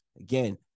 Again